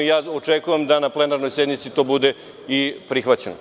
Očekujem da na plenarnoj sednici to bude i prihvaćeno.